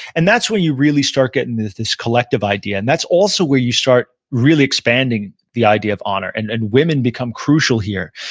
and that's when you really start getting this this collective idea, and that's also where you start really expanding the idea of honor, and and women become crucial here.